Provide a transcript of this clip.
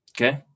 okay